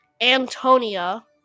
Antonia